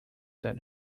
that